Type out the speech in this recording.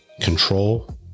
control